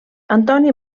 antoni